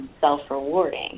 self-rewarding